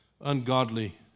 ungodly